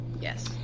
Yes